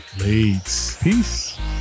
Peace